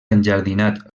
enjardinat